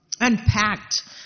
unpacked